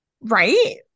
right